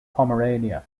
pomerania